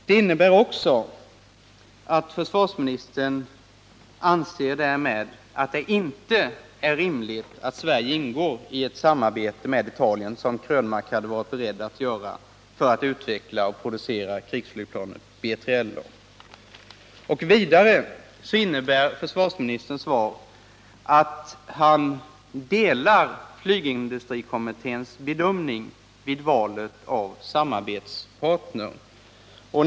Det innebär också att försvarsministern därmed anser Nr 36 att det inte är rimligt att Sverige ingår i ett samarbete med Italien, något som herr Krönmark hade varit beredd att göra för att utveckla och producera krigsflygplanet B3LA. Vidare innebär försvarsministerns svar att han delar flygindustrikommitténs bedömning vid valet av samarbetspartner.